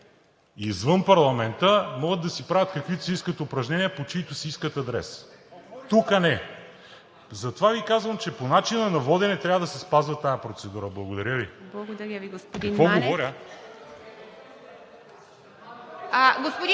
извън парламента могат да си правят каквито си искат упражнения, по чийто си искат адрес, тук не. Затова Ви казвам, че по начина на водене трябва да се спазва тази процедура. Благодаря Ви. ПРЕДСЕДАТЕЛ ИВА МИТЕВА: Благодаря